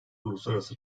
uluslararası